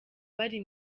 bari